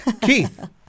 Keith